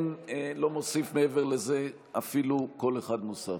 לא אוסיף מעבר לזה אפילו קול אחד נוסף.